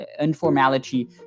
informality